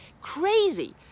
Crazy